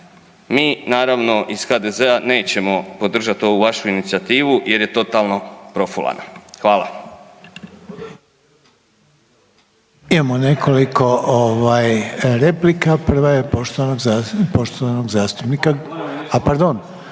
mi naravno iz HDZ-a nećemo podržati ovu vašu inicijativu jer je totalno profulana. Hvala.